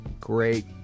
Great